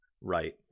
Right